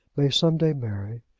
may some day marry,